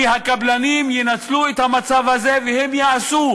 כי הקבלנים ינצלו את המצב הזה והם יעשו,